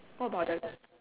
what about the